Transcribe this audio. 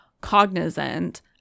cognizant